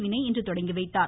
வினய் இன்று தொடங்கி வைத்தார்